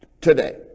today